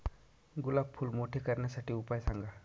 गुलाब फूल मोठे करण्यासाठी उपाय सांगा?